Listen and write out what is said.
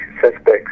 suspects